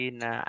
na